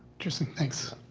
interesting. thanks.